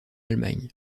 allemagne